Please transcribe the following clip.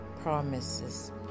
promises